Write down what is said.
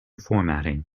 formatting